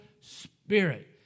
spirit